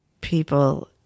people